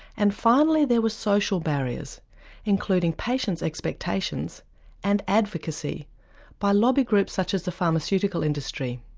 and finally there were social barriers including patient's expectations and advocacy by lobby groups such as the pharmaceutical industry.